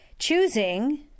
choosing